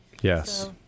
Yes